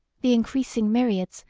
the increasing myriads,